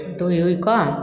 दुहि उहि कऽ